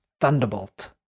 Thunderbolt